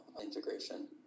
integration